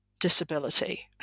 disability